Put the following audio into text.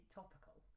topical